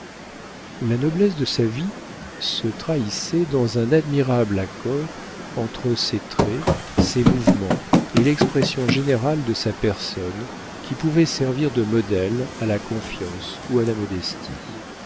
la noblesse de sa vie se trahissait dans un admirable accord entre ses traits ses mouvements et l'expression générale de sa personne qui pouvait servir de modèle à la confiance ou à la modestie